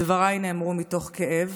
דבריי נאמרו מתוך כאב.